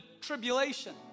Tribulation